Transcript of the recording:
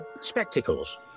spectacles